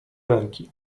ręki